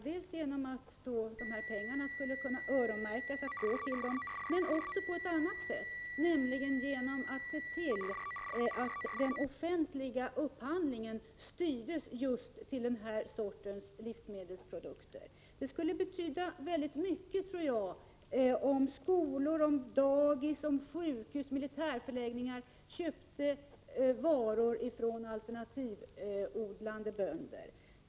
Det skulle kunna ske dels genom att pengar öronmärktes för detta ändamål, dels genom att den offentliga upphandlingen styrdes just till denna sorts livsmedelsprodukter. Det skulle betyda mycket om skolor, daghem, sjukhus och militärförläggningar köpte varor från s.k. alternativodlande bönder.